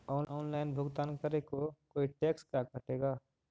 Online भुगतान करे को कोई टैक्स का कटेगा?